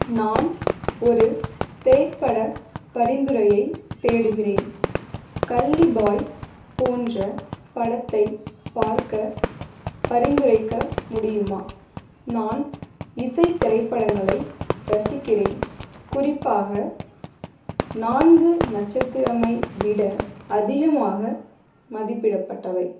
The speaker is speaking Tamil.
நான் ஒரு திரைப்பட பரிந்துரையைத் தேடுகிறேன் கல்லி பாய் போன்ற படத்தை பார்க்க பரிந்துரைக்க முடியுமா நான் இசை திரைப்படங்களை ரசிக்கிறேன் குறிப்பாக நான்கு நட்சத்திரம் ஐ விட அதிகமாக மதிப்பிடப்பட்டவை